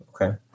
Okay